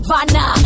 Vanna